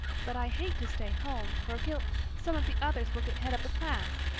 but i hate to stay home, for gil some of the others will get head of the class,